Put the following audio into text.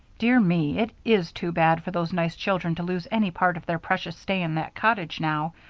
dear me, it is too bad for those nice children to lose any part of their precious stay in that cottage, now,